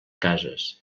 cases